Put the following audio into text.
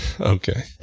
okay